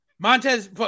Montez